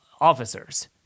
officers